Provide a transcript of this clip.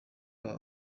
aba